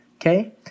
okay